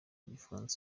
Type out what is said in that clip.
gifaransa